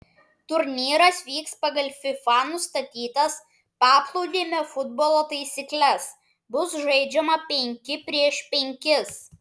turnyras vyks pagal fifa nustatytas paplūdimio futbolo taisykles bus žaidžiama penki prieš penkis